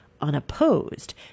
unopposed